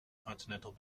continental